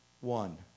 one